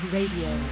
Radio